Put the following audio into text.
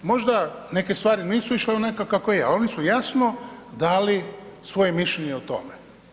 Možda neke stvari nisu išle onako kako je, ali oni su jasno dali svoje mišljenje o tome.